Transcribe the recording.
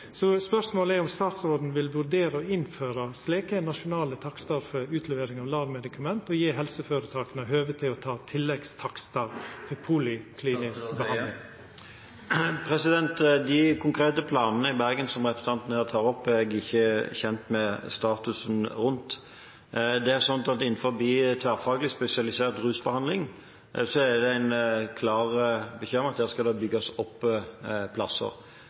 Spørsmålet er: Vil statsråden vurdera å innføra slike nasjonale takstar for utlevering av LAR-medikament og gje helseføretaka høve til å ta tilleggstakstar for poliklinisk behandling? De konkrete planene i Bergen som representanten Breivik her tar opp, er jeg ikke kjent med statusen til. Det er sånn at innenfor tverrfaglig spesialisert rusbehandling er det en klar beskjed om at der skal det